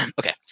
Okay